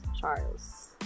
Charles